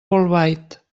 bolbait